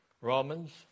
Romans